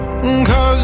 Cause